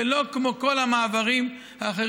זה לא כמו כל המעברים האחרים,